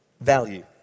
value